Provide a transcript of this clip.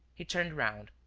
he turned round.